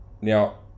Now